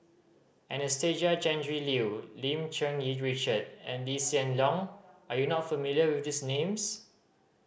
Anastasia Tjendri Liew Lim Cherng Yih Richard and Lee Hsien Loong are you not familiar with these names